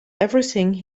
everything